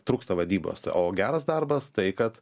trūksta vadybos o geras darbas tai kad